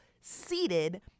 seated